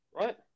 right